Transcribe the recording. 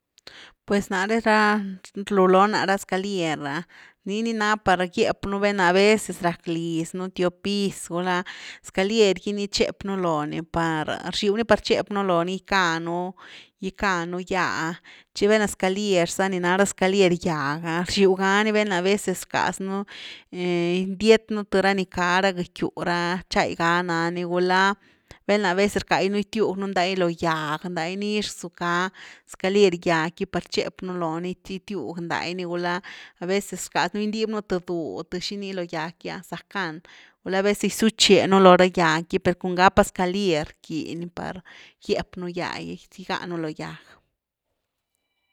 Pues nare ra, rluloo nare ra scalier’ah nii ni na par guiep nú val´na aveces rack liz nú tiop piz gulá scalier gy ni chep nú lo ni par, rxiw ni par chep nú loni gickanu- gickanu gýa tchi val´na scalier za ni ná scalier gyag ‘a rxiw ga ni val´na aveces rcas nú indiet nú th ra ni cá gëcky gyw ra, tchai ga nani gula val’na aveces rcaz nú gitiug un ndai lo gyag lani nix rzucka scalier guyag gy par guep nú lo ni tchi tiug ndai ni gulá aveces rcaz nú gindib nú th dúh th xini lo gyag gy a zackan gula a veces gisutche nú lo ra gyag gy per cun gá pa scalier rquin per gyep nú gya gi gigá nú lo gyag.